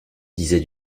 disait